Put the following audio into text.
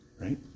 Right